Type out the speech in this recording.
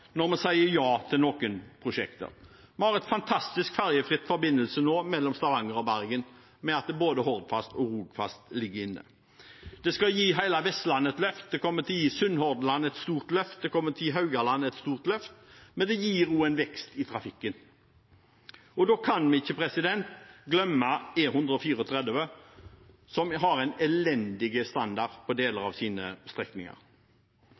når vi sier ja til noen prosjekter. Vi har nå en fantastisk ferjefri forbindelse mellom Stavanger og Bergen ved at både Hordfast og Rogfast ligger inne. Det skal gi hele Vestlandet et løft. Det kommer til å gi Sunnhordland et stort løft, det kommer til å gi Haugalandet et stort løft, men det gir også en vekst i trafikken. Da kan vi ikke glemme E134, som har en elendig standard på deler av sine strekninger.